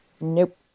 Nope